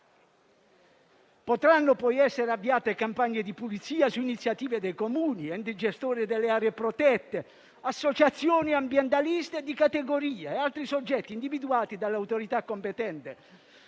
Potranno poi essere avviate campagne di pulizia su iniziativa dei Comuni, degli enti gestori delle aree protette, delle associazioni ambientaliste e di categoria e di altri soggetti individuati dalle autorità competenti.